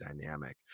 dynamic